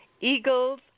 Eagles